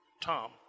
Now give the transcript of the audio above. Tom